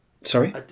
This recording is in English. Sorry